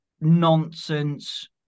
nonsense